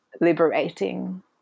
liberating